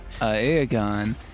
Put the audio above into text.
Aegon